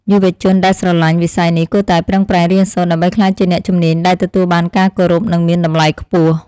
យុវជនដែលស្រឡាញ់វិស័យនេះគួរតែប្រឹងប្រែងរៀនសូត្រ ដើម្បីក្លាយជាអ្នកជំនាញដែលទទួលបានការគោរពនិងមានតម្លៃខ្ពស់។